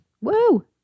Woo